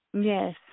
Yes